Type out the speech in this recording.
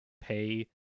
pay